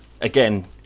again